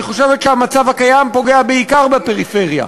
אני חושבת שהמצב הקיים פוגע בעיקר בפריפריה,